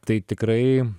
tai tikrai